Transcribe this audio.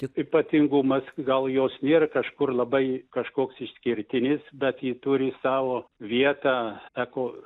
ypatingumas gal jos nėr kažkur labai kažkoks išskirtinis bet ji turi savo vietą eko